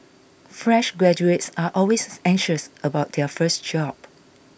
fresh graduates are always anxious about their first job